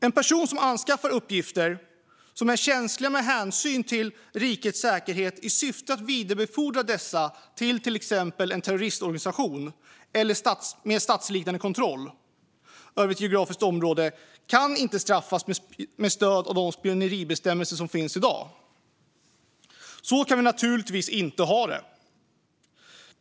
En person som anskaffar uppgifter som är känsliga med hänsyn till rikets säkerhet i syfte att vidarebefordra dessa till exempelvis en terroristorganisation med statsliknande kontroll över ett geografiskt område kan inte straffas med stöd av dagens spioneribestämmelser. Så kan vi naturligtvis inte ha det.